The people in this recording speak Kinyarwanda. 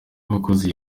wakoze